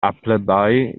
appleby